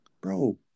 bro